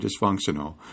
dysfunctional